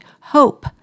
hope